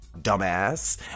Dumbass